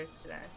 today